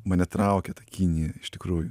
mane traukė ta kinija iš tikrųjų